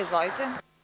Izvolite.